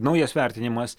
naujas vertinimas